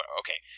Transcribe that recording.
okay